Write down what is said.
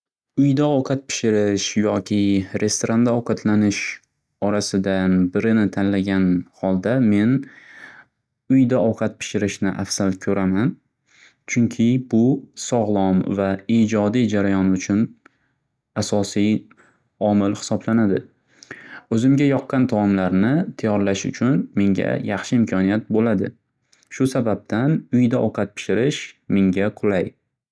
Uyda ovqat pishirish yoki restaranda ovqatlanish orasidan birini tanlagan holda men uyda ovqat pishirishni afsal ko'raman chunki bu sog'lom va ijodiy jarayon uchun asosiy omil hisoblanadi. O'zimga yoqqan tavomlarni tayyorlash uchun menga yaxshi imkoniyat bo'ladi shu sababdan uyda ovqat pishirish menga qulay